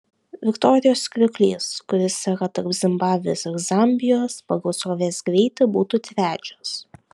viktorijos krioklys kuris yra tarp zimbabvės ir zambijos pagal srovės greitį būtų trečias